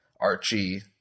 Archie